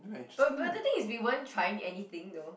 but but the thing is we weren't trying anything though